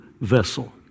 vessel